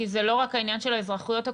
כי זה לא רק העניין של האזרחויות הכפולות,